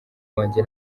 wanjye